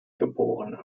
geb